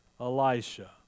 Elisha